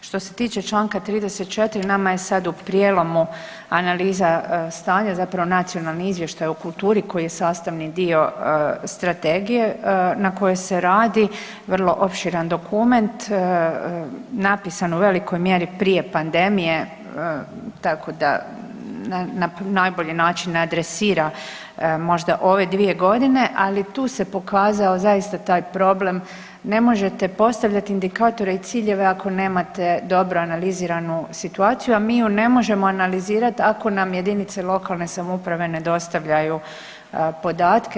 Što se tiče Članka 34. nama je sad u prijelomu analiza stanja, zapravo nacionalni izvještaj u kulturi koji je sastavni dio strategije na kojoj se radi, vrlo opširan dokument, napisan u velikoj mjeri prije pandemije tako da na najbolji način adresira možda ove dvije godine, ali tu se pokazao zaista taj problem, ne možete postavljati indikatore i ciljeve ako nemate dobro analiziranu situaciju, a mi ju ne možemo analizirati ako nam jedinice lokalne samouprave ne dostavljaju podatke.